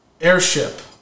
airship